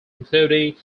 including